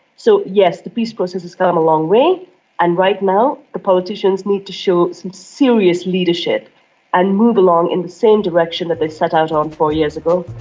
so, yes, the peace process has come a long way and right now the politicians need to show some serious leadership and move along in the same direction that they set out on four years ago.